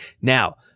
Now